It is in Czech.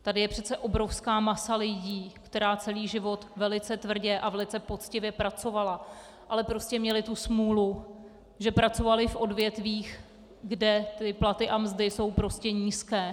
Tady je přece obrovská masa lidí, která celý život velice tvrdě a velice poctivě pracovala, ale prostě měli tu smůlu, že pracovali v odvětvích, kde výplaty a mzdy jsou prostě nízké.